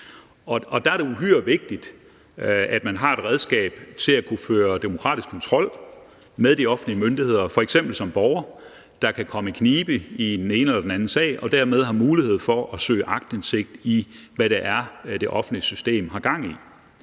Der er det uhyre vigtigt, at man har et redskab til at kunne føre demokratisk kontrol med de offentlige myndigheder – f.eks. kan man som borger komme i knibe i den ene eller den anden sag – og dermed har mulighed for at søge aktindsigt i, hvad det er, det offentlige system har gang i.